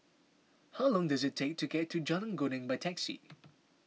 how long does it take to get to Jalan Geneng by taxi